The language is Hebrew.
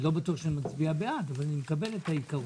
אני לא בטוח שאני מצביע בעד אבל אני מקבל את העיקרון.